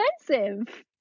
expensive